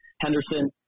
Henderson